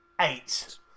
Eight